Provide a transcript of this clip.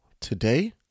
today